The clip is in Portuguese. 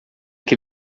que